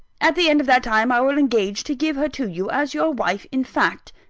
at the end of that time, i will engage to give her to you, as your wife in fact,